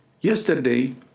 Yesterday